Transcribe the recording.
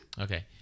Okay